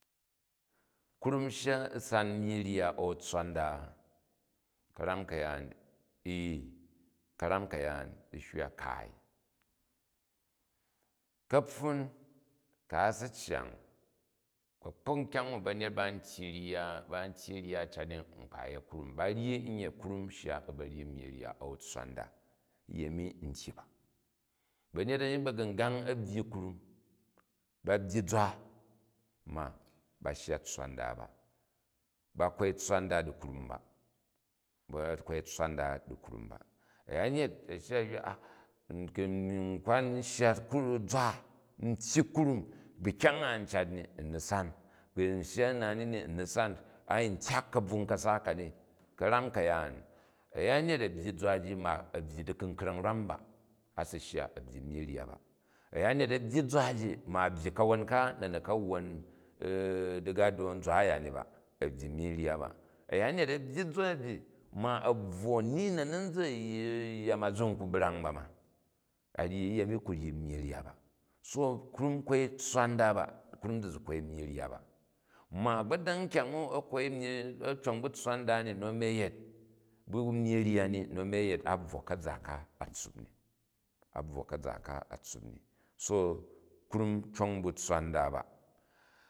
Krum u shga u san myyi rya a̱n tsswa nda? Ka̱ram ka̱yan ee, ka̱ram ka̱yam zi hywa kaai ka̱pfur ku̱ a si cyang, a̱kpak nkyang u ba̱nyet ba n tyyi rya a̱ cat ni nkpa yet krum. Ba vyi nye krum shga u̱ ba̱ ryi nayyi rya a̱n tsswa uda uyemi n tyyi ba. Ba̱nyet ba̱gungnag a̱ byyi krum, ba byyi zwa ma ba shya tswa nda ba. Ba kwoi tsswa nda di thrum ba, la kwoi tsswa nda di thrum ba. A̱yanget a̱ shya a̱ hywa a, ku̱ n kuthan n shya zwa n tyyi thrum bu kyang a n cat ni, n ni san, ku̱ n shya nna ni ni n ni san, ai n tyak kabvung ka̱sa kani. Ka̱ram ka̱yaan a̱ya̱nyet a̱ byye kwa ji ma a byyi diku̱kra̱ng iwam ba, a si shya a̱ byyi myyi rya bai a̱yanyet a̱ byyi zwa ji, ma a̱ abyyi ka̱won ka na̱ ni ka̱ wwon diga̱do zwa a̱ya ni la, a̱ byyi myiyi rya ba, a̱yanyet a byyi zwa ji, ma a̱ bvwo ni na̱ ni n za̱ yya ma zi n ku̱ brang ba ma a ryu uyemi ku ryi myyi rya ba. So krum kwoi tsswa nda ba krum di zi kwoi nyyi rya ba. Ma̱ a̱gbodang kyang na̱ cong tsswa nda ni nu a̱mi a̱ yet, bu nujyi rya ni nu a̱mi a̱ yet a bvwo ka̱za ka a tssup tu, a̱ bvwo ka̱za ka a tssup ni. So krum cong bu tsswa nda ba.